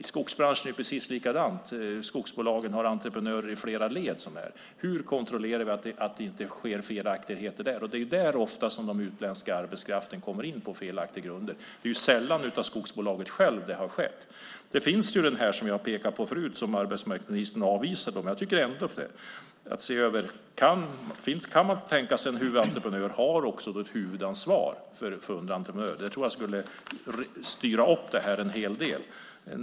I skogsbranschen är det precis likadant; skogsbolagen har entreprenörer i flera led. Hur kontrollerar vi att det inte sker felaktigheter där? Det är ofta där som den utländska arbetskraften kommer in på felaktiga grunder. Det är sällan på grund av skogsbolaget självt som det har skett. Jag pekade på möjligheten, som arbetsmarknadsministern avvisade, att huvudentreprenören har ett huvudansvar för underentreprenörerna. Det skulle styra upp detta en hel del.